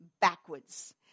backwards